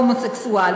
הומוסקסואל.